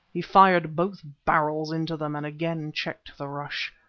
he fired both barrels into them, and again checked the rush.